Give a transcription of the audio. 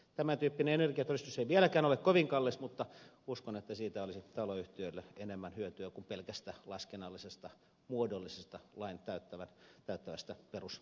tämäntyyppinen energiatodistus ei vieläkään ole kovin kallis ja uskon että siitä olisi taloyhtiöille enemmän hyötyä kuin pelkästä laskennallisesta muodollisesta lain täyttävästä perusenergiatodistuksesta